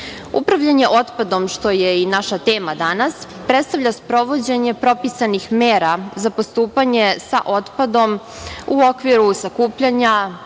Upravljanje otpadom, što je i naša tema danas predstavlja sprovođenje propisanih mera za postupanje sa otpadom u okviru sakupljanja